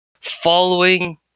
following